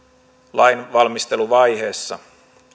lain valmisteluvaiheessa